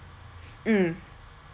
mm